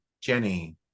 Jenny